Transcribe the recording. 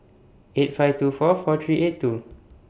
eight five two four four three eight two